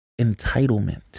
entitlement